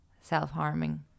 Self-harming